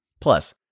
Plus